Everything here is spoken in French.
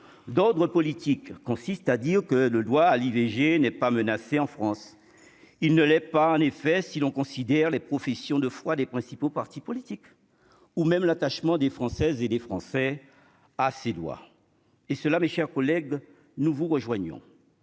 d'ordre politique consiste à dire que le droit à l'IVG n'est pas menacée en France, il ne l'est pas, en effet, si l'on considère les professions de foi des principaux partis politiques ou même l'attachement des Françaises et des Français à ses doigts et cela, mes chers collègues, nous vous rejoignons